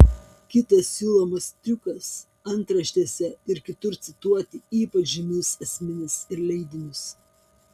kitas siūlomas triukas antraštėse ir kitur cituoti ypač žymius asmenis ir leidinius